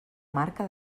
marca